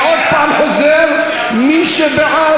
אני עוד הפעם חוזר: מי שבעד,